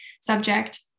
subject